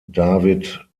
david